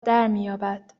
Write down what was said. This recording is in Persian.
درمیابد